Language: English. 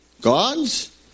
God's